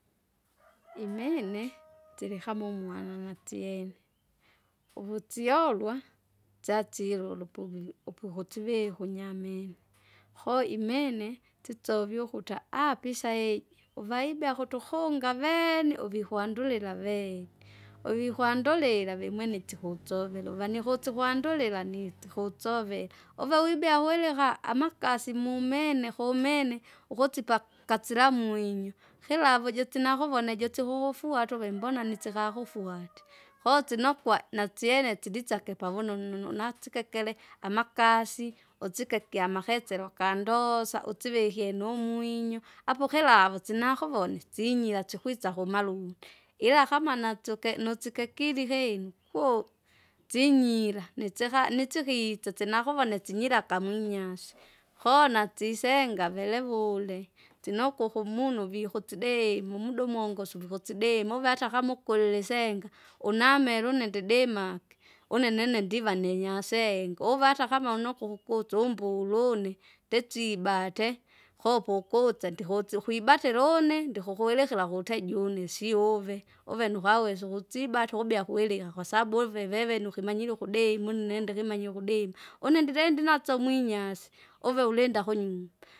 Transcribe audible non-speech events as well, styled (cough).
(noise) imene, silikamo umwang'ang'a tsiene, uvusiolwa tsatsiilulu pokuji- upukusivika unyamini, koo imene tsovie ukuta apa? Isaiji uvaibia kutukunga avene uvikwandulila avene, (noise) uvikwandulila vimwene itsikutsovela uvani kusukwandulila nitsi kutsovela, uva wibea wileka amakasi mumene kumene, ukutsipa kasilamu mwinyo, kilavu jitsina kuvone jitsikuvufuata uve mbona nitsikakufuate, (noise) koo tsinokwa nasyene tiditsake pavunono natsikekele amakasi, usike kyamaketsera ukandosa, usivikie numwinyo. Apokilavu sinakuvone tsinyira sikwisa kumalundi, ila kama natsuke nusike kili hinu (unintelligible) tsinyira, nitsika nitsika itsetse nakuvone sinyiraka munyase. Koo natsisenga vilevule, tsinoko ukumunu vihutsidee mumuda umunguso vikutside muve atakama ukulili senga unamele une ndidimake (noise) une nene ndiva ninyasengo, uve atakama unokukutsu mbulune, nditsibate kupoukutse ndikutseukwibatile une ndikukwelekera kutaji une si uve. Uve nukawea ukusibata ukubya kuilia kwasabu uve veve nukimanyire ukudei munne indeukimanyie ukudima, une ndide ndinatso mwinyase, uve ulinda kunyumba.